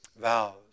vows